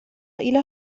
إلى